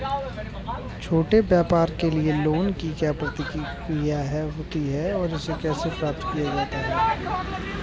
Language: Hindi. छोटे व्यापार के लिए लोंन की क्या प्रक्रिया होती है और इसे कैसे प्राप्त किया जाता है?